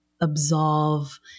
absolve